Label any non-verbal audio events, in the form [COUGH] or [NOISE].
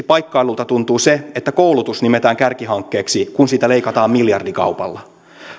[UNINTELLIGIBLE] paikkailulta tuntuu erityisesti se että koulutus nimetään kärkihankkeeksi kun siitä leikataan miljardikaupalla